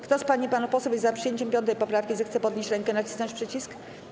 Kto z pań i panów posłów jest za przyjęciem 5. poprawki, zechce podnieść rękę i nacisnąć przycisk.